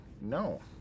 No